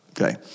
Okay